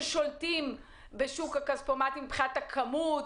ששולטים בשוק הכספומטים מבחינת הכמות.